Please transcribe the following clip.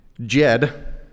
Jed